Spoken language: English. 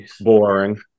boring